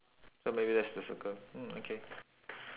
so maybe that's the circle mm okay